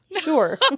Sure